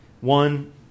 one